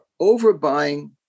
overbuying